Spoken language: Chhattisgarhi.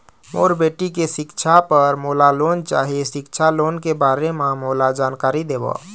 मोर बेटी के सिक्छा पर मोला लोन चाही सिक्छा लोन के बारे म मोला जानकारी देव?